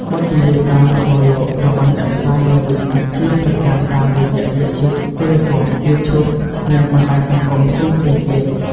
បទចម្រៀងដើមរបស់លោកត្រូវបានចាក់ផ្សាយឡើងវិញជាប្រចាំតាមរយៈវិទ្យុ ទូរទស្សន៍ យូធូបនិងបណ្ដាញសង្គមផ្សេងៗទៀត ។